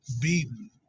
beaten